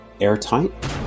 airtight